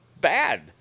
bad